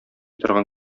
торган